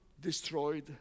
destroyed